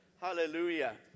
Hallelujah